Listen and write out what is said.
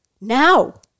now